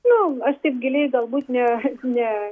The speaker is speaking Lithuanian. na aš taip giliai galbūt ne ne